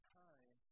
time